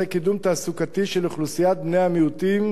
קידום תעסוקתי של אוכלוסיית בני המיעוטים,